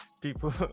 people